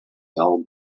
dull